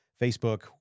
Facebook